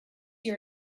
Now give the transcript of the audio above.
your